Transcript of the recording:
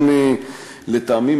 גם לטעמי,